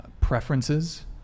preferences